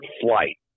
flight